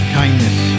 kindness